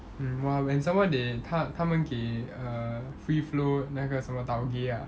um !wah! and some more they 他他们给 err free flow 那个什么 taugeh ah